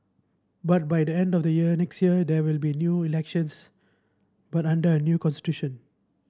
but by the end of the year next year there will be new elections but under a new constitution